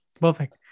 Perfect